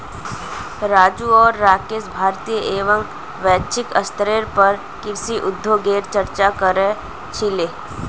राजू आर राकेश भारतीय एवं वैश्विक स्तरेर पर कृषि उद्योगगेर चर्चा क र छीले